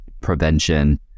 prevention